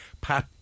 Pat